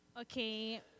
Okay